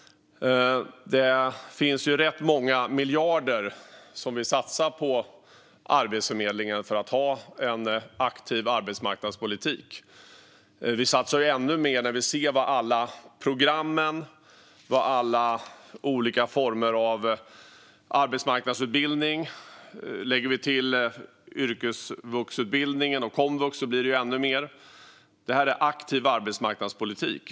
Vi satsar rätt många miljarder på Arbetsförmedlingen för att ha en aktiv arbetsmarknadspolitik. Vi satsar ännu mer när vi ser till alla program och alla olika former av arbetsmarknadsutbildning. Lägger vi till yrkesvuxutbildningen och komvux blir det ännu mer. Det är aktiv arbetsmarknadspolitik.